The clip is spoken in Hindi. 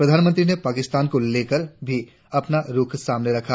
प्रधानमंत्री ने पाकिस्तान को लेकर भी अपना रुख सामने रखा